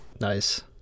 Nice